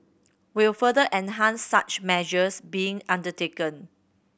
will further enhance such measures being undertaken